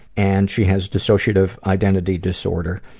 and she has dissociative identity disorder.